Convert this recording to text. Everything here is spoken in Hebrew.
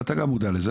וגם אתה מודע לזה,